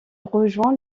rejoint